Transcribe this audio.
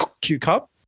Q-cup